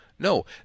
No